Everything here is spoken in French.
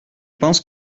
pense